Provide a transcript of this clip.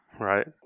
Right